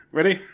Ready